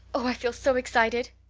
oh, i feel so excited.